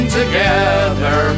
together